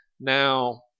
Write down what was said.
Now